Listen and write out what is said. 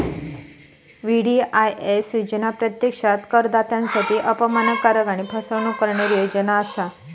VDIS योजना प्रत्यक्षात करदात्यांसाठी अपमानकारक आणि फसवणूक करणारी योजना असा